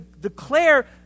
Declare